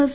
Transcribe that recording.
S